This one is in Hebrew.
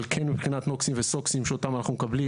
אבל כן מבחינת נוקסים וסוקסים שאותם אנחנו מקבלים